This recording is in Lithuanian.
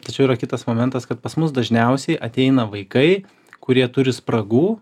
tačiau yra kitas momentas kad pas mus dažniausiai ateina vaikai kurie turi spragų